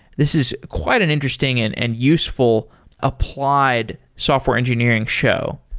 this is quite an interesting and and useful applied software engineering show.